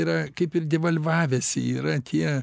yra kaip ir devalvavęsi yra tie